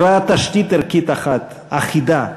הוא ראה תשתית ערכית אחת, אחידה,